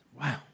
Wow